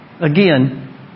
Again